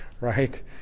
right